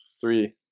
Three